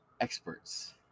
experts